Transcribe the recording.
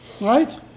Right